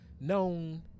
known